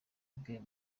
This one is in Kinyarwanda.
bwe